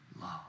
love